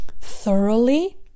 thoroughly